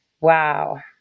Wow